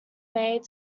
made